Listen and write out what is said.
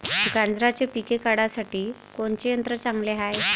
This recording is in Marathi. गांजराचं पिके काढासाठी कोनचे यंत्र चांगले हाय?